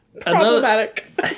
problematic